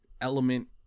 element